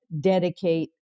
dedicate